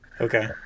Okay